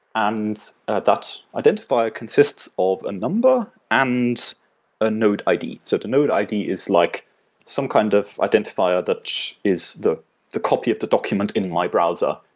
and that identifier consists of a number and a node id. the sort of node id is like some kind of identifier that is the the copy of the document in my browser,